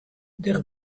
der